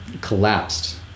collapsed